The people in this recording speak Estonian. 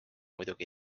muidugi